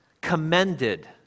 commended